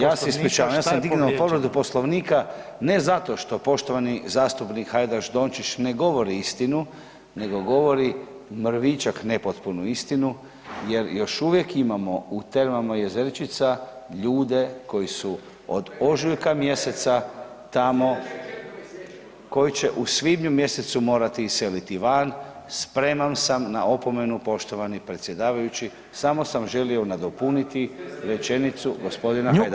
Ja se ispričavam, ja sam dignuo povredu Poslovnika, ne zato što poštovani zastupnik Hajdaš Dončić ne govori istinu, nego govori mrvičak nepotpunu istinu jer još uvijek imamo u Termama Jezečica ljude koji su od ožujka mjeseca tamo ... [[Upadica se ne čuje.]] koji će u svibnju mjesecu morati iseliti van, spreman sam na opomenu, poštovani predsjedavajući, samo sam želio nadopuniti rečenicu g. Hajdaša Dončića.